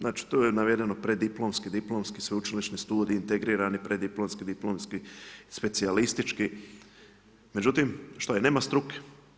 Znači tu je navedeno preddiplomski, diplomski sveučilišni studij, integrirani preddiplomski, diplomski specijalistički, međutim, što je, nema struke.